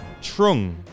Trung